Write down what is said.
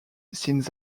since